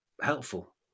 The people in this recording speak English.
helpful